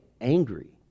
angry